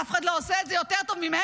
אף אחד לא עושה את זה יותר טוב ממני"?